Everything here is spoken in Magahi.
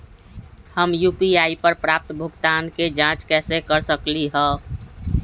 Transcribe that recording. हम यू.पी.आई पर प्राप्त भुगतान के जाँच कैसे कर सकली ह?